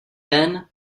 then